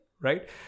right